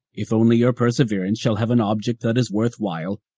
if only your perseverance shall have an object that is worthwhile,